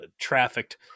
trafficked